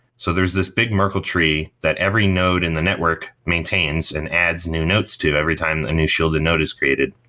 so there is this big merkel tree that every node in the network maintains and adds new notes to every time a new shielded note is created.